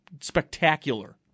spectacular